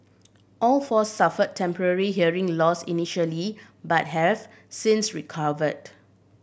all four suffered temporary hearing loss initially but have since recovered